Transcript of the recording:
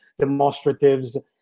demonstratives